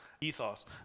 Ethos